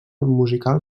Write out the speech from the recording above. musical